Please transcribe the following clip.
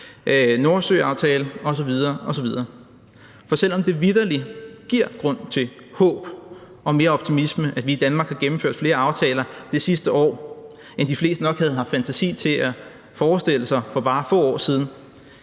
Nordsøaftale osv. osv. For selv om det vitterlig giver grund til håb og mere optimisme, at vi i Danmark har gennemført flere aftaler det sidste år, end de fleste nok havde haft fantasi til at forestille sig for bare få år siden,